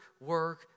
work